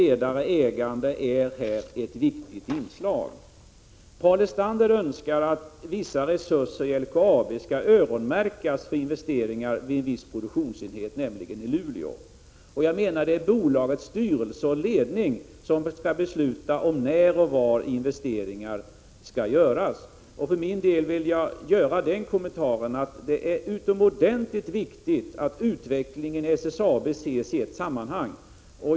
Ett bredare ägande är här ett viktigt inslag. OM'SSABGE & lön Paul Lestander önskar att vissa resurser i LKAB skall öronmärkas för investeringar i en viss produktionsenhet, nämligen i Luleå. Jag menar att det är bolagets styrelse och ledning som skall besluta om när och var investeringar skall göras. För min del vill jag göra den kommentaren att det är utomordentligt viktigt att utvecklingen i SSAB ses i ett sammanhang.